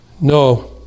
no